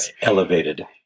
elevated